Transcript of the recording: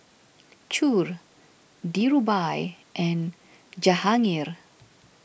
Choor Dhirubhai and Jahangir